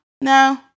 no